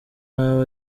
nabi